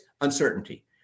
uncertainty